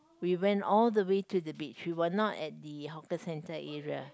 we went all the way to the beach we were not at the hawker center area